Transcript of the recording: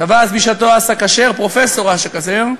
טבע אז בשעתו פרופסור אסא כשר,